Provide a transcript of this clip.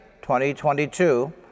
2022